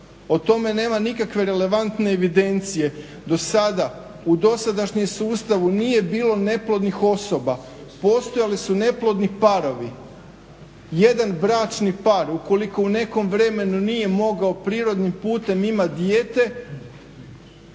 O tome nema nikakve relevantne evidencije. Do sada u dosadašnjem sustavu nije bilo neplodnih osoba. Postojali su neplodni parovi. Jedan bračni par ukoliko u nekom vremenu nije mogao prirodnim putem imati dijete